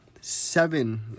Seven